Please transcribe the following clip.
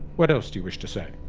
what else do you wish to say?